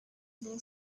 they